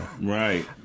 Right